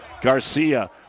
Garcia